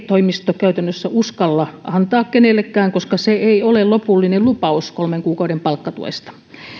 toimisto käytännössä uskalla antaa kenellekään koska se ei ole lopullinen lupaus kolmen kuukauden palkkatuesta